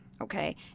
okay